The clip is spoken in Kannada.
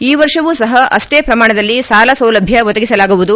ಈ ವರ್ಷವೂ ಸಹ ಅಶ್ಲೇ ಪ್ರಮಾಣದಲ್ಲಿ ಸಾಲಸೌಲಭ್ಣ ಒದಗಿಸಲಾಗುವುದು